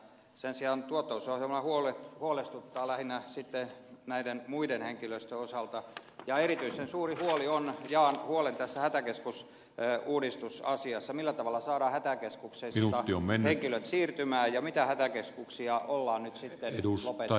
sen sijaan tuottavuusohjelma huolestuttaa lähinnä sitten näiden muiden henkilöstöjen osalta ja erityisen suuri huoli on siitä jaan huolen tässä hätäkeskusuudistusasiassa millä tavalla saadaan hätäkeskuksesta henkilöt siirtymään ja mitä hätäkeskuksia ollaan nyt sitten lopettamassa